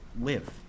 live